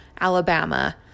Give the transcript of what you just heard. alabama